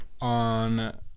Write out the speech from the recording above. on